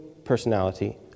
Personality